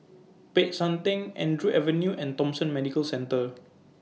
Peck San Theng Andrew Avenue and Thomson Medical Centre